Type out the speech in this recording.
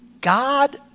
God